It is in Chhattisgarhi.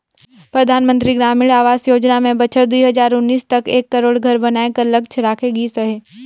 परधानमंतरी ग्रामीण आवास योजना में बछर दुई हजार उन्नीस तक एक करोड़ घर बनाए कर लक्छ राखे गिस अहे